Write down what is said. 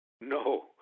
No